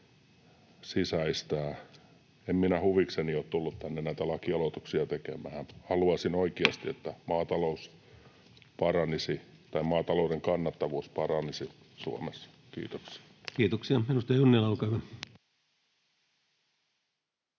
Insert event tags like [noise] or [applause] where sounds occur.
En minä huvikseni ole tullut tänne näitä lakialoitteita tekemään. Haluaisin oikeasti, [noise] että maatalouden kannattavuus paranisi Suomessa. — Kiitoksia. Kiitoksia. — Edustaja Junnila, olkaa hyvä.